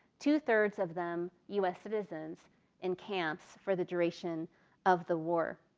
two thirds of them u s. citizens in camps for the duration of the war.